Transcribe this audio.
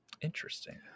Interesting